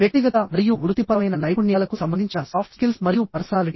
వ్యక్తిగత మరియు వృత్తిపరమైన నైపుణ్యాలకు సంబంధించిన సాఫ్ట్ స్కిల్స్ మరియు పర్సనాలిటీ